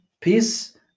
peace